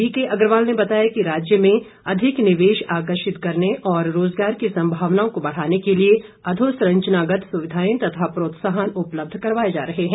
B K Agarwal ने बताया कि राज्य में अधिक निवेश आकर्षित करने और रोजगार की संभावनाओं को बढ़ाने के लिए अधोसंरचनागत सुविधाएं तथा प्रोत्साहन उपलब्ध करवाए जा रहे हैं